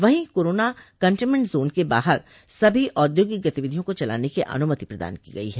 वहीं corona containment zone के बाहर सभी औद्योगिक गतिविधियों को चलाने की अनुमति प्रदान की गई है